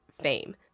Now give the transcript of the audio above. fame